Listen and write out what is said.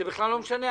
זה לא משנה.